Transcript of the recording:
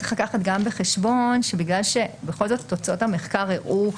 צריך לקחת גם בחשבון שבגלל שבכל זאת תוצאות המחקר הראו,